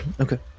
Okay